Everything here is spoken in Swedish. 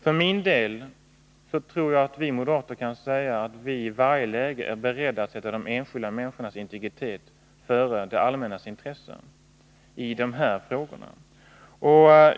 För min del tror jag att vi moderater kan säga att vi i varje läge är beredda att sätta de enskilda människornas integritet före de allmänna intressena i de här frågorna.